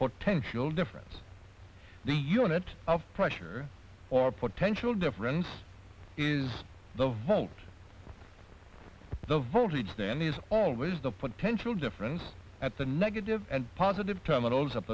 potential difference the unit of pressure or potential difference is the vote the voltage then is always the potential difference at the negative and positive terminals